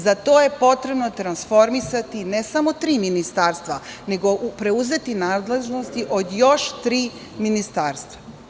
Za to je potrebno transformisati ne samo tri ministarstva, nego preuzeti nadležnosti od još tri ministarstva.